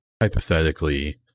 hypothetically